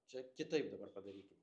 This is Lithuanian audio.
čia kitaip dabar padarykim